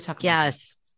yes